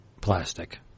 plastic